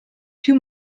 più